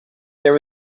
there